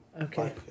Okay